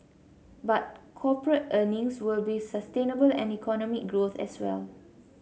but corporate earnings will be sustainable and economic growth as well